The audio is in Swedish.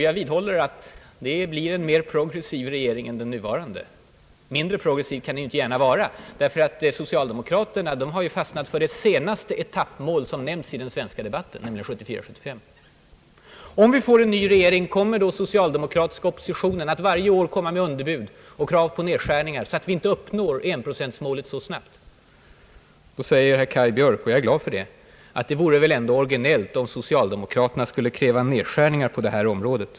Jag vidhåller att det blir en mer progressiv regering än den nuvarande. Mindre progressiv kan den inte gärna bli, ty socialdemokraterna har fastnat för det senaste etappmål som nämnts i den svenska debatten — 1974/75. Jag frågade: Kommer den socialdemokratiska oppositionen, om vi får en ny regering, att varje år ge underbud och framställa krav på nedskärningar så att vi inte uppnår enprocentmålet så snabbt? Herr Kaj Björk säger — och jag är glad för det — att det ändå vore originellt om socialdemokraterna skulle kräva nedskärningar på detta område.